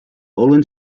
olin